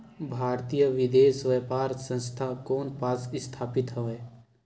भारतीय विदेश व्यापार संस्था कोन पास स्थापित हवएं?